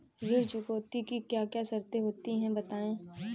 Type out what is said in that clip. ऋण चुकौती की क्या क्या शर्तें होती हैं बताएँ?